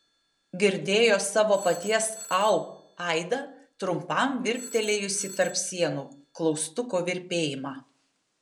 girdėjo savo paties au aidą trumpam virptelėjusį tarp sienų klaustuko virpėjimą